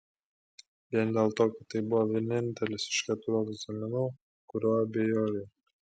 vien dėl to kad tai buvo vienintelis iš keturių egzaminų kuriuo abejojau